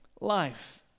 life